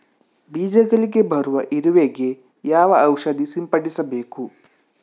ಬೀಜಗಳಿಗೆ ಬರುವ ಇರುವೆ ಗೆ ಯಾವ ಔಷಧ ಸಿಂಪಡಿಸಬೇಕು?